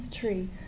tree